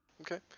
Okay